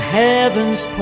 heaven's